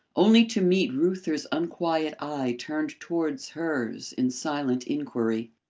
only to meet reuther's unquiet eye turned towards hers in silent inquiry.